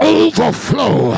overflow